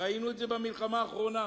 ראינו את זה במלחמה האחרונה,